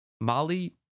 Molly